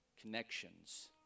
connections